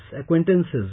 acquaintances